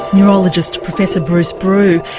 neurologist professor bruce brew.